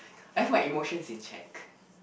I have my emotions in check